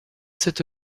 cette